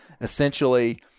Essentially